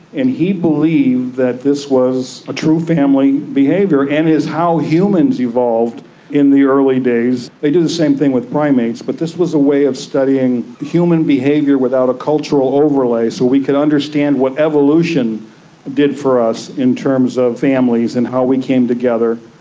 and he believed that this was a true family behaviour and is how humans evolved in the early days. they do the same thing with primates, but this was a way of studying human behaviour without a cultural overlay, so we could understand what evolution did for us in terms of families and how we came together.